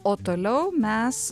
o toliau mes